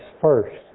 first